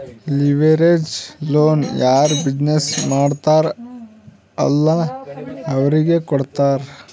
leverage loan ಯಾರ್ business ಮಾಡ್ತಾರ್ ಅಲ್ಲಾ ಅವ್ರಿಗೆ ಕೊಡ್ತಾರ್